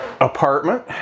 apartment